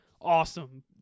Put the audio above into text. awesome